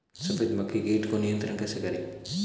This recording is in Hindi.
सफेद मक्खी कीट को नियंत्रण कैसे करें?